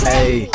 Hey